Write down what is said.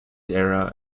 era